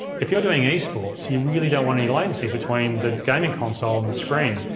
if you're doing esports you really don't want any latency between the gaming console and the screen.